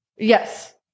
Yes